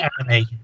Enemy